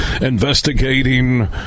investigating